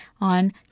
on